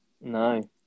No